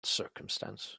circumstance